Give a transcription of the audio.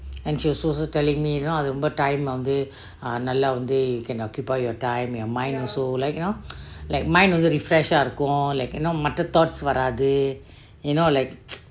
and she was also telling me that you know அதே வந்து:athe vanthu time eh வந்து நல்ல வந்து:vanthu nalla vanthu occupy your time your mind also you know like mind வந்து:vanthu refresh ah இருக்கும் மற்ற:irukum matre thoughts வாராதீ:varathe you know like